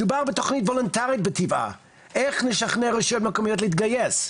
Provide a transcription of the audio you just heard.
מדובר בתוכנית וולונטרית בטבעה איך נשכנע רשויות מקומיות להתגייס,